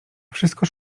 wszystko